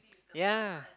yea